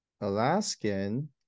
Alaskan